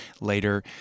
later